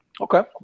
Okay